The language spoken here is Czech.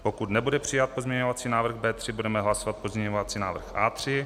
Pokud nebude přijat pozměňovací návrh B3, budeme hlasovat pozměňovací návrh A3.